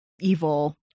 evil